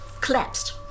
collapsed